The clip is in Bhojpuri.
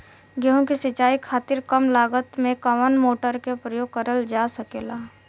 गेहूँ के सिचाई खातीर कम लागत मे कवन मोटर के प्रयोग करल जा सकेला?